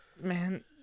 man